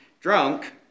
drunk